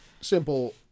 simple